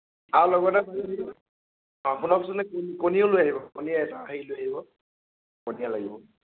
আৰু লগতে শুনকচোন কণীও লৈ আহিব কণী এটা হেৰি লৈ আহিব সন্ধিয়া লাগিব